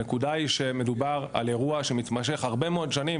הנקודה היא שמדובר על אירוע שמתמשך הרבה מאוד שנים,